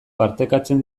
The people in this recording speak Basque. partekatzen